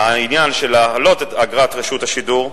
העניין של העלאת אגרת רשות השידור,